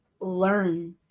learn